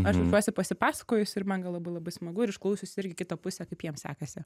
aš jaučiuosi pasipasakojusi ir man gal labai labai smagu ir išklausiusi irgi kitą pusę kaip jiems sekasi